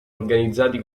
organizzati